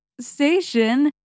station